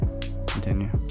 Continue